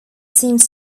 seems